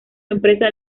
empresa